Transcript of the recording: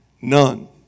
None